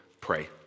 pray